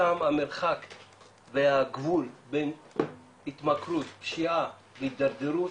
שם המרחק והגבול בין התמכרות, פשיעה והתדרדרות,